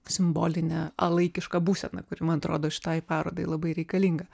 simbolinę laikišką būseną kuri man atrodo šitai parodai labai reikalinga